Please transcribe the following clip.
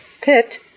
pit